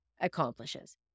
accomplishes